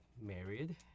married